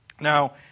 Now